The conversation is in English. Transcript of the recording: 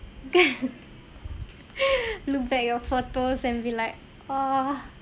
look back at your photos and be like ah